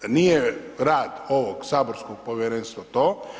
Nije rad ovog saborskog povjerenstva to.